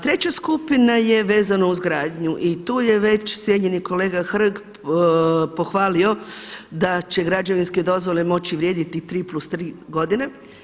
Treća skupina je vezano uz gradnju i tu je već cijenjeni kolega Hrg pohvalio da će građevinske dozvole moći vrijediti tri plus tri godine.